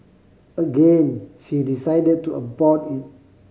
again she decided to abort it